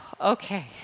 Okay